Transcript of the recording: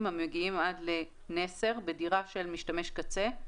המגיעים עד לנס"ר בדירה של משתמש קצה,